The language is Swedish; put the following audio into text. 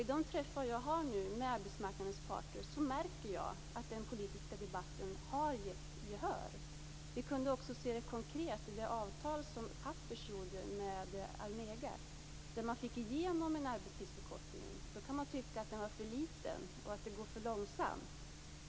Vid de träffar som jag har med arbetsmarknadens parter märker jag att den politiska debatten har gett gehör. Vi kunde också se det konkret i det avtal som Pappers träffade med Almega, där man fick igenom en arbetstidsförkortning. Då kan vi tycka att den var för liten och att det går för långsamt.